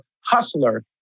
hustler